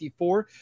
54